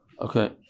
Okay